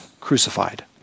crucified